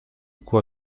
quoi